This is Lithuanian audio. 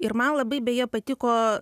ir man labai beje patiko